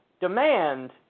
demand